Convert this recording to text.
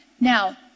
Now